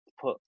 put